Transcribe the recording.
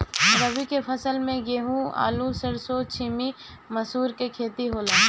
रबी के फसल में गेंहू, आलू, सरसों, छीमी, मसूर के खेती होला